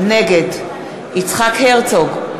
נגד יצחק הרצוג,